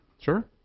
Sure